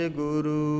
guru